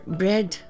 bread